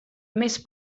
més